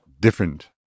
different